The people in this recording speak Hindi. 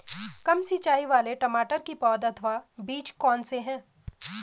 कम सिंचाई वाले टमाटर की पौध अथवा बीज कौन से हैं?